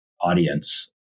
audience